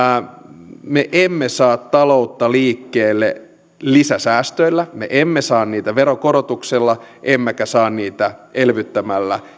me emme saa taloutta liikkeelle lisäsäästöillä me emme saa sitä veronkorotuksilla emmekä saa sitä elvyttämällä